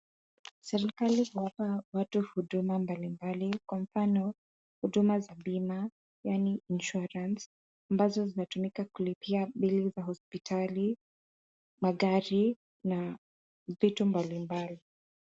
Serikali huwapa watu huduma mbalimbali kwa mfano, huduma za bima yaani Insurance , ambazo zinatumika kulipia bill za hospitali, magari na vitu mbalimbali.